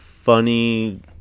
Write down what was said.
Funny